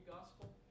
gospel